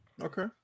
Okay